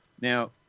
now